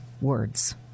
words